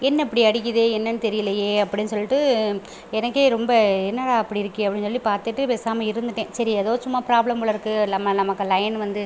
என்ன இப்படி அடிக்கிதே என்னெனனு தெரியிலேயே அப்படினு சொல்லிட்டு எனக்கே ரொம்ப என்னடா இப்படி இருக்கே அப்படினு சொல்லி பார்த்துட்டு பேசாமல் இருந்துட்டேன் சரி ஏதோ சும்மா ப்ராப்ளம் போலிருக்கு இல்லாமல் நமக்கு லைனு வந்து